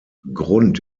grund